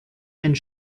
and